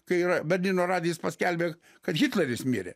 kai yra berlyno radijas paskelbė kad hitleris mirė